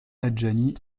adjani